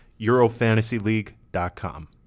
EuroFantasyLeague.com